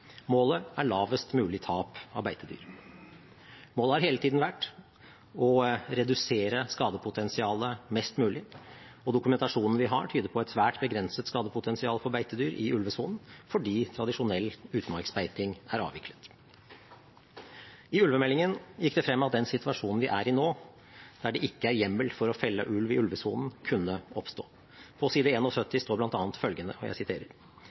Målet er lavest mulig tap av beitedyr. Målet har hele tiden vært å redusere skadepotensialet mest mulig, og dokumentasjonen vi har, tyder på et svært begrenset skadepotensial på beitedyr i ulvesonen fordi tradisjonell utmarksbeiting er avviklet. I ulvemeldingen gikk det frem at den situasjonen vi er i nå, der det ikke er hjemmel for å felle ulv i ulvesonen, kunne oppstå. På side 71 står bl.a. følgende: